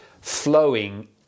flowing